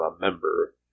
remember